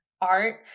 art